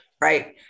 Right